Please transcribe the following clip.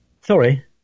sorry –